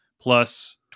plus